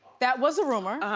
that was a rumor.